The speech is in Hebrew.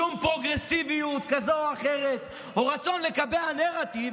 שום פרוגרסיביות כזאת או אחרת או רצון לקבע נרטיב